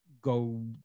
go